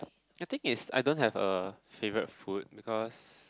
the thing is I don't have a favourite food because